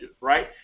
Right